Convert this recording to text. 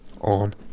on